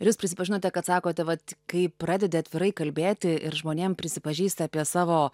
ir jūs prisipažinote kad sakote vat kai pradedi atvirai kalbėti ir žmonėm prisipažįsti apie savo